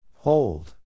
Hold